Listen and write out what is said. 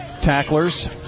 tacklers